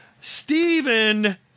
Stephen